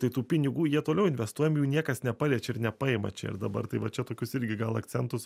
tai tų pinigų jie toliau investuojami jų niekas nepaliečia ir nepaima čia ir dabar tai va čia tokius irgi gal akcentus